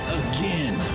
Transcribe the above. again